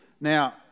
Now